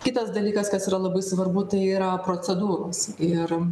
kitas dalykas kas yra labai svarbu tai yra procedūros ir